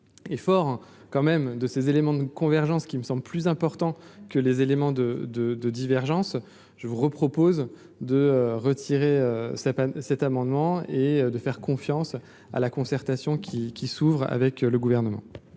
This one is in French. et fort quand même de ces éléments de convergence qui me semble plus important que les éléments de, de, de divergences je repropose de retirer sa peine cet amendement et de faire confiance à la concertation qui qui s'ouvre avec le gouvernement.